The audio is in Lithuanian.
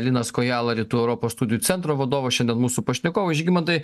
linas kojala rytų europos studijų centro vadovas šiandien mūsų pašnekovai žygimantai